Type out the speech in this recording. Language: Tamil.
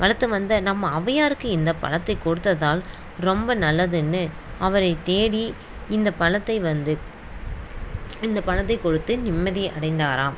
வளர்த்து வந்த நம்ம ஔவையாருக்கு இந்தப் பழத்தைக் கொடுத்ததால் ரொம்ப நல்லதுன்னு அவரைத் தேடி இந்தப் பழத்தை வந்து இந்தப் பழத்தைக் கொடுத்து நிம்மதி அடைந்தாராம்